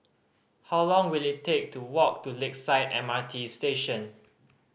how long will it take to walk to Lakeside M R T Station